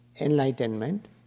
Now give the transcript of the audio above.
enlightenment